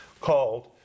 called